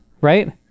right